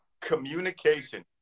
communication